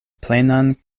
plenan